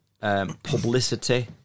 Publicity